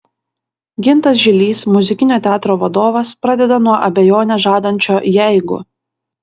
gintas žilys muzikinio teatro vadovas pradeda nuo abejonę žadančio jeigu